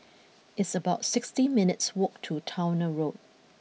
it's about sixty minutes' walk to Towner Road